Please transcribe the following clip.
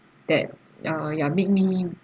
that ah ya make me